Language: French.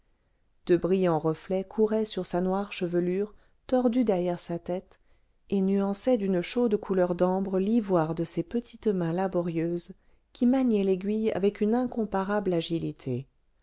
de brillants reflets couraient sur sa noire chevelure tordue derrière sa tête et nuançaient d'une chaude couleur d'ambre l'ivoire de ses petites mains laborieuses qui maniaient l'aiguille avec une incomparable agilité